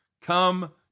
Come